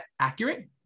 accurate